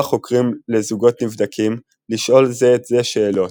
החוקרים לזוגות נבדקים לשאול זה את זה שאלות,